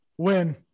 win